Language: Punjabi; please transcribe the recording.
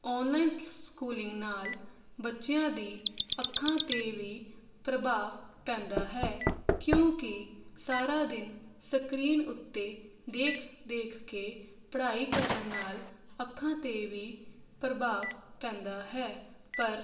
ਆਨਲਾਈਨ ਸਕੂਲਿੰਗ ਨਾਲ ਬੱਚਿਆਂ ਦੀ ਅੱਖਾਂ 'ਤੇ ਵੀ ਪ੍ਰਭਾਵ ਪੈਂਦਾ ਹੈ ਕਿਉਂਕਿ ਸਾਰਾ ਦਿਨ ਸਕਰੀਨ ਉੱਤੇ ਦੇਖ ਦੇਖ ਕੇ ਪੜ੍ਹਾਈ ਕਰਨ ਨਾਲ ਅੱਖਾਂ 'ਤੇ ਵੀ ਪ੍ਰਭਾਵ ਪੈਂਦਾ ਹੈ ਪਰ